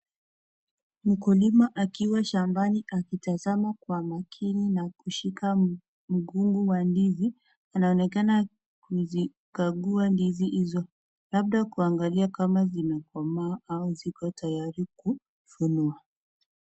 Mkulima akiwa shambani akitazama kwa makini na kushika mkungu wa ndizi. Anaonekana kuzikagua ndizi hizo labda kuangalia kama zimekomaa au ziko tayari kuvunwa.